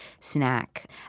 snack